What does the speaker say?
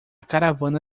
caravana